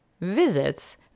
visits